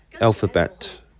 alphabet